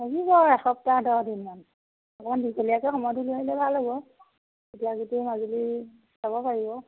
থাকিব এসপ্তাহ দহ দিনমান অকণমান দীঘলীয়াকৈ সময়টো লৈ আহিলে ভাল হ'ব তেতিয়া গোটেই মাজুলী চাব পাৰিব